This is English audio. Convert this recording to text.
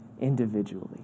individually